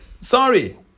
Sorry